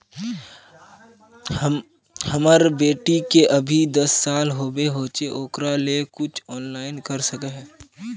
हमर बेटी के अभी दस साल होबे होचे ओकरा ले कुछ ऑनलाइन कर सके है?